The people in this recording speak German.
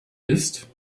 ist